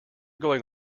going